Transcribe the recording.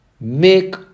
Make